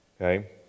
okay